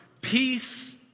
Peace